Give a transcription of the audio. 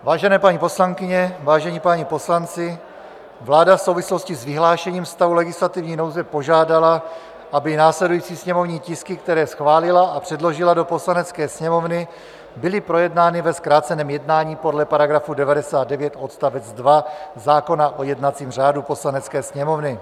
Vážené paní poslankyně, vážení páni poslanci, vláda v souvislosti s vyhlášením stavu legislativní nouze požádala, aby následující sněmovní tisky, které schválila a předložila do Poslanecké sněmovny, byly projednány ve zkráceném jednání podle § 99 odst. 2 zákona o jednacím řádu Poslanecké sněmovny.